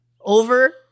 over